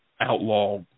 outlaw